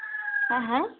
হা হা